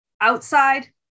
outside